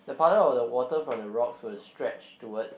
the puddle of the water from the rocks was stretched towards